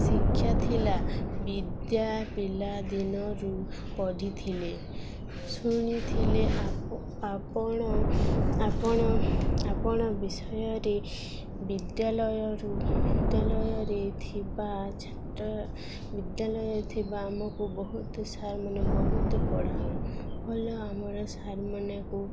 ଶିକ୍ଷା ଥିଲା ବିଦ୍ୟା ପିଲାଦିନରୁ ପଢ଼ିଥିଲେ ଶୁଣିଥିଲେ ଆପ ଆପଣ ଆପଣ ଆପଣ ବିଷୟରେ ବିଦ୍ୟାଳୟରୁ ବିଦ୍ୟାଳୟରେ ଥିବା ଛାତ୍ର ବିଦ୍ୟାଳୟରେ ଥିବା ଆମକୁ ବହୁତ ସାର୍ମାନେ ବହୁତ ପଢ଼ାଅନ୍ ଭଲ ଆମର ସାର୍ମାନେକୁ